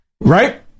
right